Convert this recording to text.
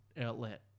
outlet